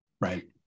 Right